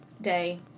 day